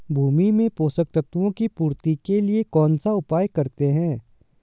भूमि में पोषक तत्वों की पूर्ति के लिए कौनसा उपाय करते हैं?